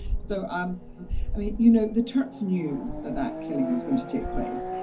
so um i mean you know, the turks knew that that killing was going to take place.